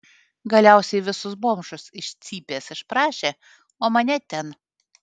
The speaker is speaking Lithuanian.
galiausiai visus bomžus iš cypės išprašė o mane ten